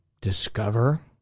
discover